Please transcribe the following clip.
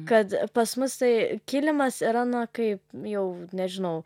kad pas mus tai kilimas yra nu kai jau nežinau